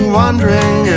wondering